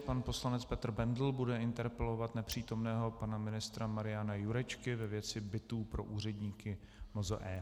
Pan poslanec Petr Bendl bude interpelovat nepřítomného pana ministra Mariana Jurečku ve věci bytů pro úředníky MZe.